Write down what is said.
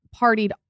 partied